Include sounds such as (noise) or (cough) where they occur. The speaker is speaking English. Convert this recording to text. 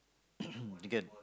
(coughs) you get